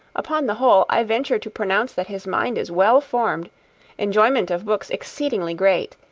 upon the whole, i venture to pronounce that his mind is well-informed, enjoyment of books exceedingly great,